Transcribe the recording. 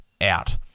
out